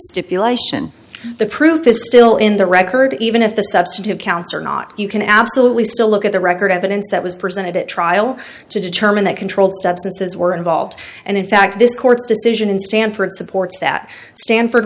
stipulation the proof is still in the record even if the substantive counts are not you can absolutely still look at the record evidence that was presented at trial to determine that controlled substances were involved and in fact this court's decision in stanford supports that stanford